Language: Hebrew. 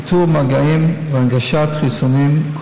איתור מגעים והנגשת חיסונים,